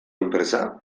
enpresa